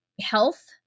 health